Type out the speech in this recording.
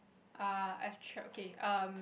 err I've check okay um